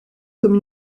comme